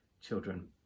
Children